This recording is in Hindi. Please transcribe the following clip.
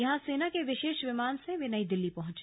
यहां सेना के विशेष विमान से वे नई दिल्ली पहुंचे